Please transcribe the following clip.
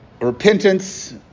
repentance